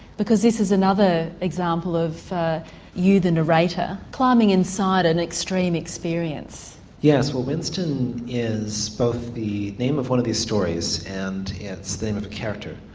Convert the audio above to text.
because this is another example of you the narrator climbing inside an extreme experience. yes well winston is both the name of one of these stories and it's the name of a character.